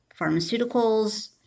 pharmaceuticals